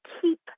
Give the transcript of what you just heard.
keep